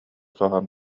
соһон